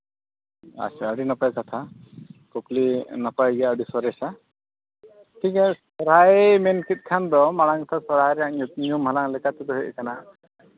ᱟᱪᱪᱷᱟ ᱟᱹᱰᱤ ᱱᱟᱯᱟᱭ ᱠᱟᱛᱷᱟ ᱠᱩᱠᱞᱤ ᱱᱟᱯᱟᱭ ᱜᱮᱭᱟ ᱟᱹᱰᱤ ᱥᱚᱨᱮᱥᱟ ᱴᱷᱤᱠ ᱜᱮᱭᱟ ᱥᱚᱦᱨᱟᱭ ᱢᱮᱱ ᱠᱮᱫ ᱠᱷᱟᱱ ᱫᱚ ᱢᱟᱲᱟᱝ ᱠᱷᱚᱱ ᱥᱚᱦᱨᱟᱭ ᱨᱮᱭᱟᱜ ᱧᱩᱛᱩᱢ ᱧᱩᱢ ᱦᱟᱞᱟᱝ ᱞᱮᱠᱟᱛᱮ ᱦᱮᱡ ᱠᱟᱱᱟ